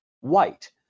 white